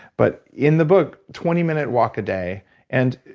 but in the book twenty minute walk a day and,